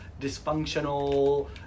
dysfunctional